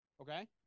Okay